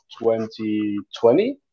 2020